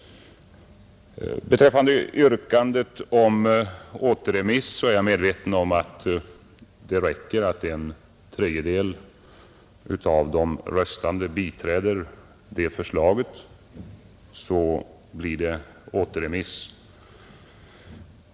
Beträffande yrkandet om återremiss är jag medveten om att det räcker att en tredjedel av de röstande biträder det förslaget för att det skall bli återremiss.